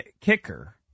kicker